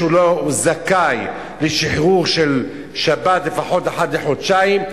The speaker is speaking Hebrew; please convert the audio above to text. שהוא לא זכאי לשחרור לשבת לפחות אחת לחודשיים.